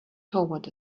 toward